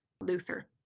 Luther